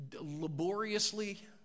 laboriously